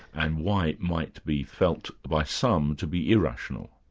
and why it might be felt by some to be irrational.